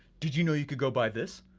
did you know you could go buy this?